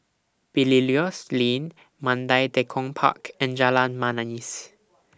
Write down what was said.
Belilios Lane Mandai Tekong Park and Jalan Manis